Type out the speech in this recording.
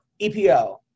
EPO